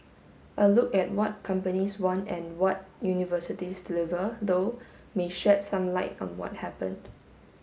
a look at what companies want and what universities deliver though may shed some light on what happened